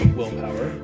willpower